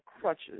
crutches